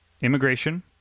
immigration